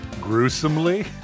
Gruesomely